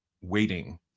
waiting